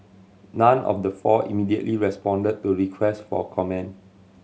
none of the four immediately responded to request for comment